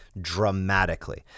dramatically